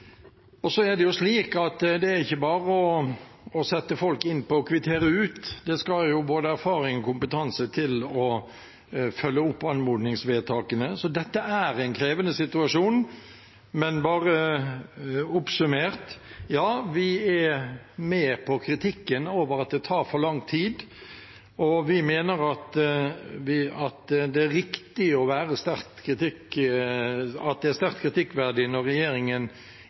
er også slik at det ikke bare er å sette inn folk for å kvittere ut. Det skal både erfaring og kompetanse til å følge opp anmodningsvedtakene, så dette er en krevende situasjon. Oppsummert: Ja, vi er med på kritikken av at det tar for lang tid, og vi mener det er sterkt kritikkverdig når regjeringen ikke kvitterer ut gamle saker. Det er noen saker som har ligget så lenge at